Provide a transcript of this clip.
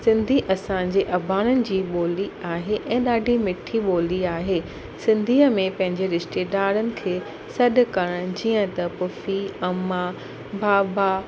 सिंधी असांजे अॿाणीनि जी ॿोली आहे ऐं ॾाढी मीठी ॿोली आहे सिंधीअ में पंहिंजे रिश्तेदारनि खे सॾ करणु जीअं त पुफी अम्मा बाबा